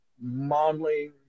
modeling